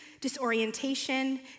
disorientation